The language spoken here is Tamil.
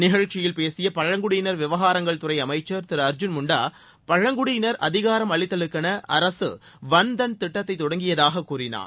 நிகழ்ச்சியில் பேசிய பழங்குடியினர் விவகாரங்கள் துறை அமைச்சர் திரு அர்ஜுன் முண்டா பழங்குடியினர் அதிகாரம் அளித்தலுக்கென அரசு வன் தன் திட்டத்தை தொடங்கியதாக கூறினார்